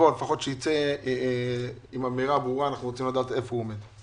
לפחות שנצא עם אמירה ברורה כי אנחנו רוצים לדעת איפה הוא עומד.